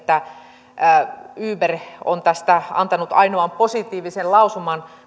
mainitsi että uber on tästä koko esityksestä antanut ainoan positiivisen lausuman